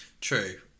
True